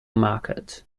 market